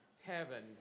heaven